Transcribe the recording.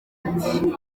ati